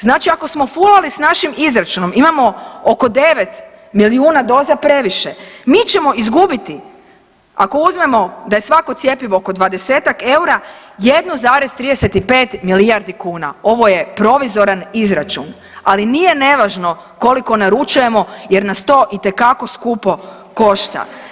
Znači ako smo fulali s našim izračunom imamo oko 9 milijuna doza previše, mi ćemo izgubiti ako uzmemo da je svako cjepivo oko 20-ak eura 1,35 milijardu kuna, ovo je provizoran izračun, ali nije nevažno koliko naručujemo jer nas to itekako skupo košta.